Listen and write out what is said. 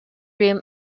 rim